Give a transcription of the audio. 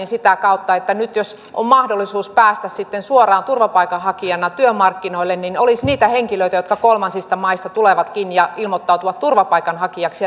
sitä kautta että nyt jos on mahdollisuus päästä sitten suoraan turvapaikanhakijana työmarkkinoille niin olisi niitä henkilöitä jotka kolmansista maista tulevatkin ja ilmoittautuvat turvapaikanhakijaksi